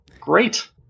Great